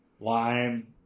lime